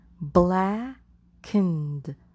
Blackened